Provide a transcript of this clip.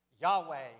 Yahweh